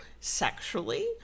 sexually